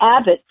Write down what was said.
Abbott